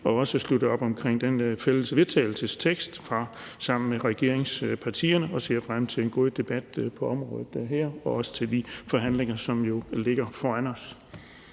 og også bakke op om den fælles vedtagelsestekst fra regeringspartierne. Jeg ser frem til en god debat på området og til de forhandlinger, som jo ligger foran os.